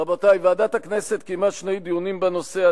רבותי, ועדת הכנסת קיימה שני דיונים בנושא.